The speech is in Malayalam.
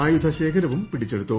ആയുധശേഖരവും പിടിച്ചെടുത്തു